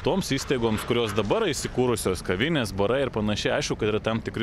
toms įstaigoms kurios dabar įsikūrusios kavinės barai ir panašiai aišku kad yra tam tikri